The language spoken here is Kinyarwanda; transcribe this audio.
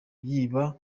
yiba